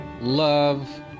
love